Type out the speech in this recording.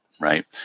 right